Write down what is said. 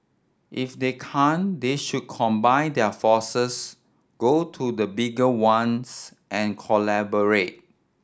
if they can't they should combine their forces go to the bigger ones and collaborate